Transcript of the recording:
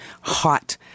hot